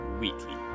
weekly